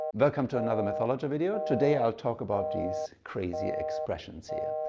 welcome to another mathologer video. today i'll talk about these crazy expressions here.